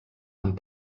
amb